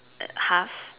the half